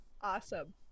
Awesome